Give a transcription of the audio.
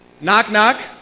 Knock-knock